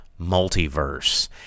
multiverse